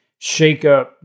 shakeup